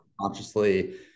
consciously